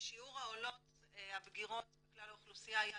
שיעור העולות הבגירות היה בכלל האוכלוסייה היה